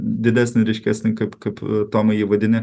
didesnį ryškesnį kaip kad tomai jį vadini